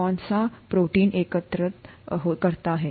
कौन सा प्रोटीन एकत्र करता है